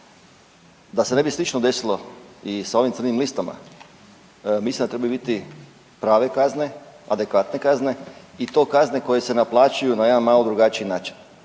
Da se ne bi slično desilo i sa ovim crnim listama mislim da trebaju biti prave kazne, adekvatne kazne i to kazne koje se naplaćuju na jedan malo drugačiji način